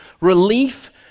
relief